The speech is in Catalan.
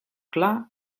clar